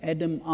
Adam